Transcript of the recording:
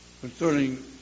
concerning